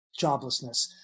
joblessness